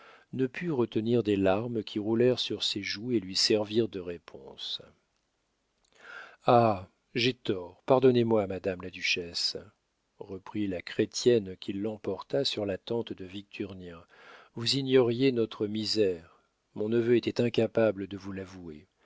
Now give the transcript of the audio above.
ne put retenir des larmes qui roulèrent sur ses joues et lui servirent de réponse ah j'ai tort pardonnez-moi madame la duchesse reprit la chrétienne qui l'emporta sur la tante de victurnien vous ignoriez notre misère mon neveu était incapable de vous l'avouer